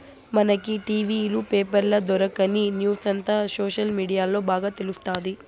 మనకి టి.వీ లు, పేపర్ల దొరకని న్యూసంతా సోషల్ మీడియాల్ల బాగా తెలుస్తాది